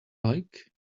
like